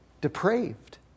depraved